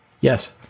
Yes